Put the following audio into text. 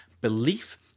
belief